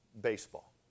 baseball